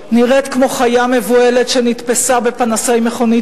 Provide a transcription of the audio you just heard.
נראית כמו חיה מבוהלת שנתפסה בפנסי מכונית